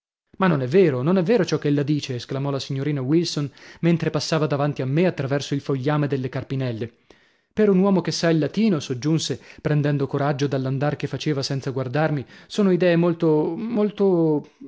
ma non è vero non è vero ciò ch'ella dice esclamò la signorina wilson mentre passava davanti a me attraverso il fogliame delle carpinelle per un uomo che sa il latino soggiunse prendendo coraggio dall'andar che faceva senza guardarmi sono idee molto molto